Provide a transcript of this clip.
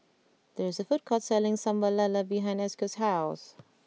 there is a food court selling Sambal Lala behind Esco's house